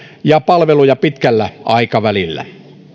ja palveluja pitkällä aikavälillä